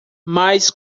mas